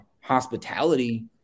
hospitality